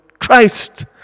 Christ